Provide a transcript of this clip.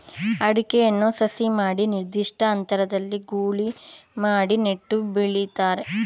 ಅಡಿಕೆಯನ್ನು ಸಸಿ ಮಾಡಿ ನಿರ್ದಿಷ್ಟ ಅಂತರದಲ್ಲಿ ಗೂಳಿ ಮಾಡಿ ನೆಟ್ಟು ಬೆಳಿತಾರೆ